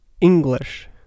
English